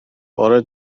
bore